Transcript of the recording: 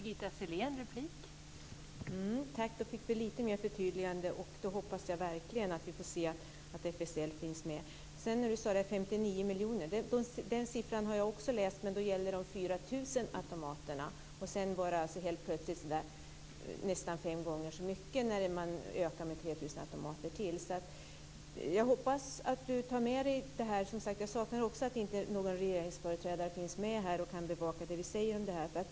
Fru talman! Då fick vi litet mer förtydliganden, och jag hoppas verkligen att vi får se att FSL finns med. Du pratar om siffran 59 miljoner. Den siffran har jag också läst, men då gäller det 4 000 automater. Sedan blir det helt plötsligt nästan fem gånger så mycket när man ökar antalet med 3 000 automater. Jag hoppas att du tar med dig det här. Jag saknar också någon regeringsföreträdare som finns med här och kan bevaka vad vi säger om det här.